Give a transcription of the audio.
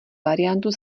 variantu